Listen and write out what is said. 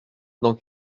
dans